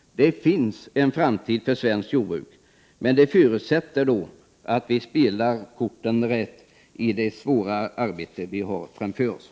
Det finns en framtid för svenskt jordbruk, men det förutsätter att vi spelar korten rätt i det svåra arbete som vi har framför oss.